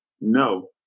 no